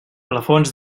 plafons